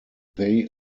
they